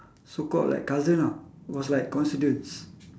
so called like cousin ah was like coincidence